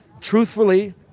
truthfully